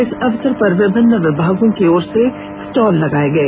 इस अवसर पर विभिन्न विभागों की ओर से स्टॉल लगाए गए